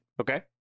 Okay